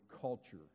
culture